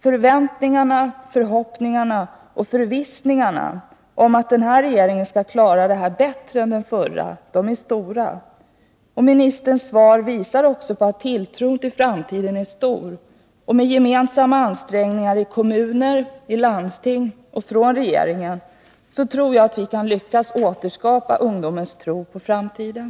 Förväntningarna på, förhoppningarna om och förvissningarna om att den här regeringen skall klara detta bättre än den förra är stora, Ministerns svar visar också att tilltron till framtiden är stor. Med gemensamma ansträngningar i kommuner, landsting och från regeringen tror jag vi kan lyckas återskapa ungdomens tro på framtiden.